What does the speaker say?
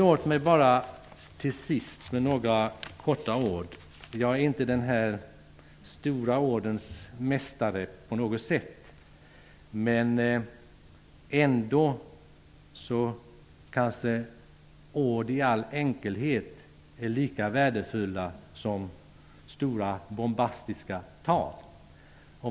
Låt mig slutligen säga att jag inte på något sätt är de stora ordens mästare, men råd i all enkelhet är kanske lika värdefulla som stora bombastiska tal.